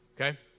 Okay